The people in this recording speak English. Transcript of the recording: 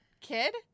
kid